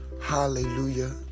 Hallelujah